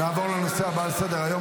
נעבור לנושא הבא על סדר-היום,